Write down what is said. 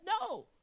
no